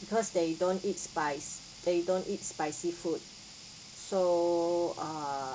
because they don't eat spice they don't eat spicy food so err